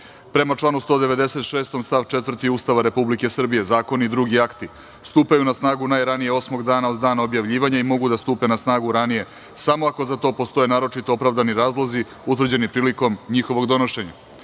članu 196. stav 4. Ustava Republike Srbije, zakoni i drugi akti stupaju na snagu najranije osmog dana od dana objavljivanja i mogu da stupe na snagu ranije samo ako za to postoje naročito opravdani razlozi utvrđeni prilikom njihovog donošenja. Stavljam